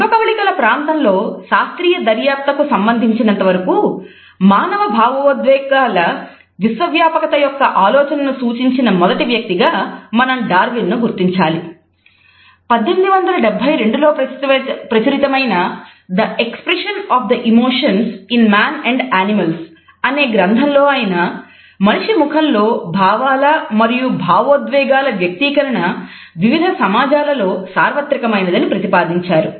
ముఖకవళికల ప్రాంతంలో శాస్త్రీయ దర్యాప్తుకు సంబంధించినంతవరకూ మానవ భావోద్వేగాల విశ్వవ్యాపకత యొక్క ఆలోచనను సూచించిన మొదటి వ్యక్తిగా మనం డార్విన్ అనే గ్రంథంలో ఆయన మనిషి ముఖంలో భావాల మరియు భావోద్వేగాల వ్యక్తీకరణ వివిధ సమాజాలలో సార్వత్రికమైనదని ప్రతిపాదించారు